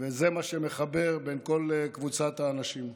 וזה מה שמחבר בין כל קבוצת האנשים.